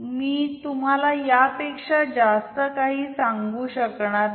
मी तुम्हाला यापेक्षा जास्त काही सांगू शकणार नाही